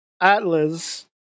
Atlas